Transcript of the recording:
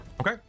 Okay